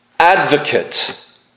Advocate